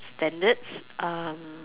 standards um